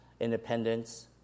independence